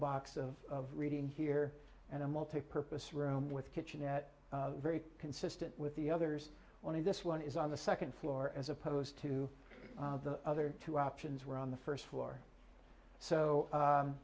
box of reading here and a multipurpose room with kitchenette very consistent with the others only this one is on the second floor as opposed to the other two options were on the first floor so